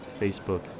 facebook